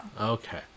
Okay